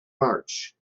march